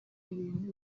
ibintu